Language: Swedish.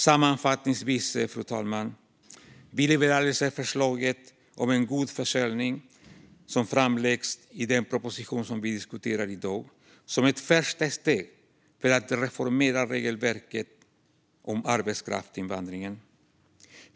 Sammanfattningsvis, fru talman, ser vi liberaler ser det förslag om en god försörjning som framläggs i den proposition vi diskuterar i dag som ett första steg i arbetet med att reformera regelverket om arbetskraftsinvandringen.